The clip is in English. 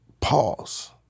pause